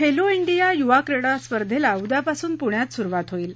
Khelo India युवा क्रीडा स्पर्धेला उद्यापासून पुण्यात सुरुवात होईल